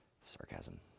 sarcasm